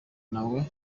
nawe